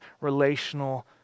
relational